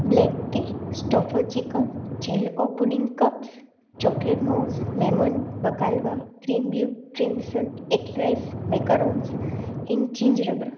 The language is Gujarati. બ્લેક ટી સ્ટોફરચ્છિકલ જેલકો pudding cups chocolate mousse lemon baklava cream blue croissant egg rice macarons gingerbread